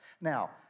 Now